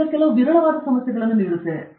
ನಾವು ಈಗ ವಿರಳವಾಗಿ ಸಮಸ್ಯೆಗಳನ್ನು ನೀಡುತ್ತೇವೆ